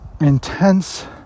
intense